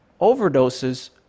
Overdoses